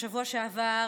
בשבוע שעבר,